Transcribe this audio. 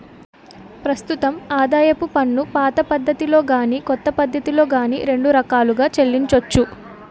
ప్రస్తుతం ఆదాయపు పన్నుపాత పద్ధతిలో గాని కొత్త పద్ధతిలో గాని రెండు రకాలుగా చెల్లించొచ్చు